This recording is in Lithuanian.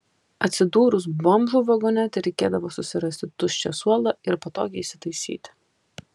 atsidūrus bomžų vagone tereikėdavo susirasti tuščią suolą ir patogiai įsitaisyti